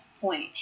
point